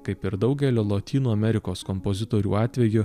kaip ir daugelio lotynų amerikos kompozitorių atveju